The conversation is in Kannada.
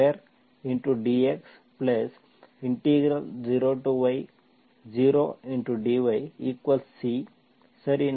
ಆದ್ದರಿಂದ 0xy11x2dx0y0 dyC ಸರಿ